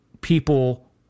people